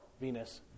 Venus